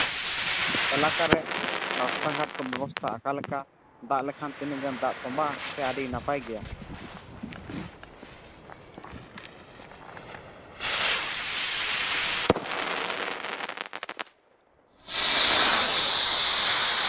ᱮᱞᱟᱠᱟ ᱨᱮ ᱨᱟᱥᱛᱟ ᱜᱷᱟᱴ ᱠᱚ ᱵᱮᱵᱚᱥᱛᱟ ᱚᱠᱟᱞᱮᱠᱟ ᱫᱟᱜ ᱞᱮᱠᱷᱟᱱ ᱛᱤᱱᱟᱹᱜ ᱜᱟᱱ ᱫᱟᱜ ᱛᱚᱸᱵᱷᱟᱜᱼᱟ ᱥᱮ ᱟᱹᱰᱤ ᱱᱟᱯᱟᱭ ᱜᱮᱭᱟ